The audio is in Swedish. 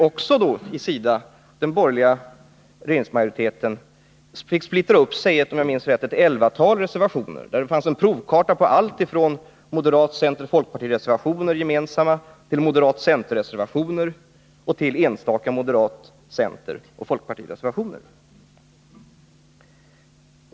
Också i SIDA fick den borgerliga regeringsmajoriteten splittra upp sigi, om jag minns rätt, elva reservationer. Där fanns det en provkarta på allt från gemensamma moderat-, centeroch folkpartireservationer till moderat-centerreservationer och till enstaka moderat-, centeroch folkpartireservationer.